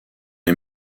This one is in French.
les